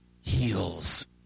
heals